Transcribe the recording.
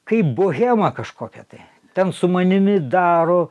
kaip bohemą kažkokią tai ten su manimi daro